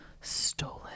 Stolen